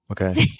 okay